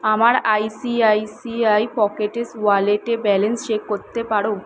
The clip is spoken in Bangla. আমার আইসিআইসিআই পকেট্স ওয়ালেটে ব্যালেন্স চেক করতে পারো